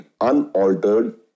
unaltered